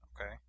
Okay